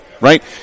right